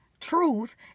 truth